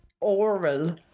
oral